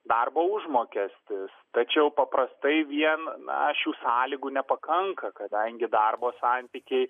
darbo užmokestis tačiau paprastai vien šių sąlygų nepakanka kadangi darbo santykiai